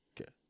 okay